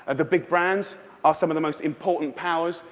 and the big brands are some of the most important powers,